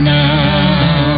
now